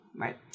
right